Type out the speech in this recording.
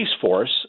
Force